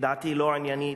לדעתי לא עניינית,